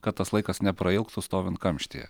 kad tas laikas neprailgtų stovint kamštyje